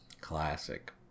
Classic